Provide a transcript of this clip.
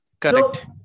Correct